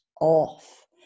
off